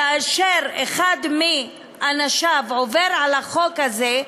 כאשר אחד מאנשיו עובר על החוק הזה,